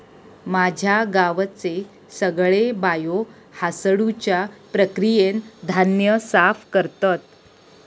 माझ्या गावचे सगळे बायो हासडुच्या प्रक्रियेन धान्य साफ करतत